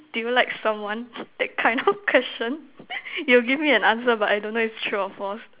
do you like someone that kind of question you will give me an answer but I don't know is true or false